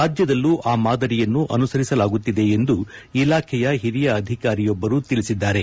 ರಾಜ್ಯದಲ್ಲೂ ಆ ಮಾದರಿಯನ್ನು ಅನುಸರಿಸಲಾಗುತ್ತಿದೆ ಎಂದು ಇಲಾಖೆಯ ಹಿರಿಯ ಅಧಿಕಾರಿಯೊಬ್ಲರು ತಿಳಿಸಿದ್ದಾರೆ